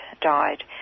died